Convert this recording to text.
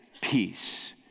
peace